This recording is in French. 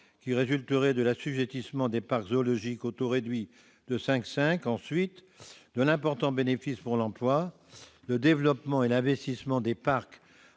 qui résulterait de l'assujettissement des parcs zoologiques au taux réduit de 5,5 %, et, ensuite, de l'important bénéfice pour l'emploi, le développement et l'investissement